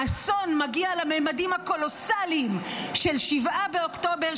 האסון מגיע לממדים הקולוסליים של 7 באוקטובר,